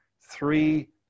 three